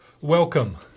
Welcome